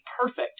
perfect